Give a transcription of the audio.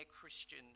Christian